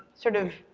sort of,